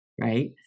right